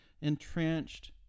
entrenched